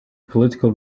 political